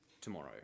tomorrow